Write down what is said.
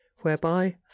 whereby